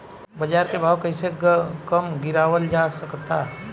बाज़ार के भाव कैसे कम गीरावल जा सकता?